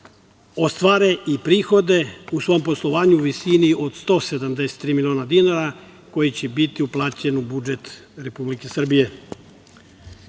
ostvare i prihode u svom poslovanju u visini od 173 miliona dinara, koji će biti uplaćeni u budžet Republike Srbije. Mislim